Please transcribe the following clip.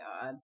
God